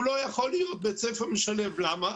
הוא לא יכול להיות בית-ספר משלב - למה?